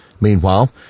Meanwhile